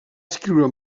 escriure